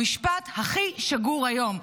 המשפט הכי שגור היום.